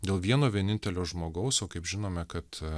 dėl vieno vienintelio žmogaus o kaip žinome kad